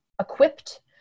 equipped